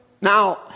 Now